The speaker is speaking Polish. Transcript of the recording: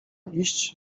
iść